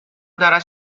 دارد